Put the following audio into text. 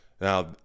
Now